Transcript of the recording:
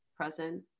present